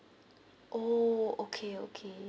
oh okay okay